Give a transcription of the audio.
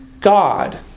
God